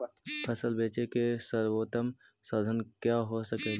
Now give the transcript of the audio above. फसल के बेचने के सरबोतम साधन क्या हो सकेली?